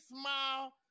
smile